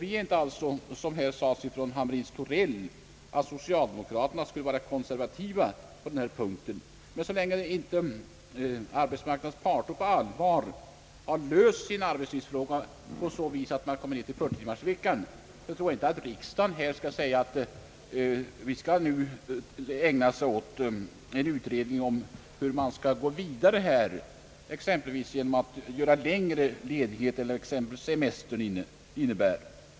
Det är inte alls så som fru Hamrin Thorell sade, att socialdemokraterna skulle vara konservativa på den här punkten. Men så länge inte arbetsmarknadens parter på allvar löst sin arbetstidsfråga och kommit ned till 40-timmarsveckan tror jag inte att riksdagen bör begära en utredning om hur man skall gå vidare här, exempelvis genom att införa längre ledighet än semestern innebär.